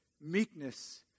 meekness